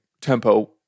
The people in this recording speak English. tempo